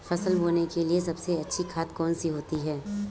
फसल बोने के लिए सबसे अच्छी खाद कौन सी होती है?